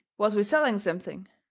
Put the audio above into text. was we selling something?